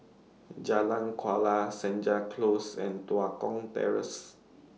Jalan Kuala Senja Close and Tua Kong Terrace